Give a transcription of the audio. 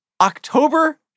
October